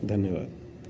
धन्यवाद